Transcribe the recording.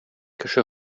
кеше